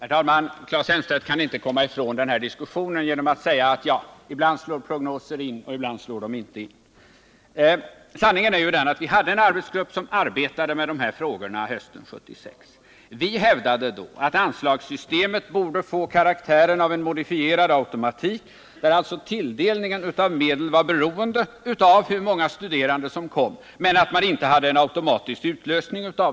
Herr talman! Claes Elmstedt kan inte komma ifrån den här diskussionen genom att säga att ibland slår prognoser in, ibland slår de inte in. Sanningen är att vi hade en arbetsgrupp som arbetade med de här frågorna hösten 1976. Vi hävdade då att anslagssystemet borde få karaktären av en modifierad automatik där tilldelningen av medel var beroende av hur många studerande som kom, men att man inte hade en automatisk utlösning.